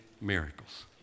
miracles